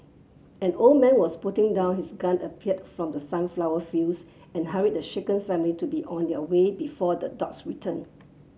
an old man was putting down his gun appeared from the sunflower fields and hurried the shaken family to be on their way before the dogs return